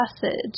passage